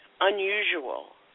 unusual